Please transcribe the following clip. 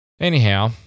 Anyhow